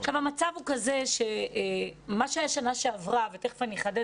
המצב הוא כזה שמה שהיה בשנה שעברה ותיכף אני אחדד